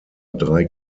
drei